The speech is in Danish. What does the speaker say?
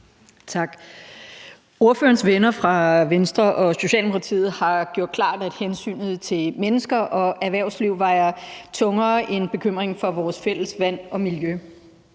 Ordførerens venner fra Venstre og Socialdemokratiet har gjort det klart, at hensynet til mennesker og erhvervsliv vejer tungere end bekymringen for vores fælles vand og miljø.